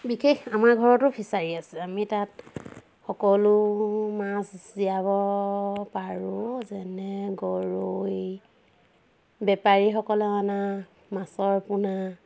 বিশেষ আমাৰ ঘৰতো ফিছাৰী আছে আমি তাত সকলো মাছ জীয়াব পাৰোঁ যেনে গৰৈ বেপাৰীসকলে অনা মাছৰ পোনা